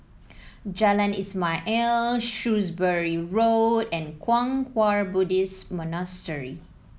Jalan Ismail Shrewsbury Road and Kwang Hua Buddhist Monastery